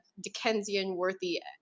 Dickensian-worthy